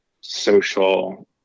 social